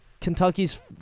Kentucky's